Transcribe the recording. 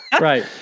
right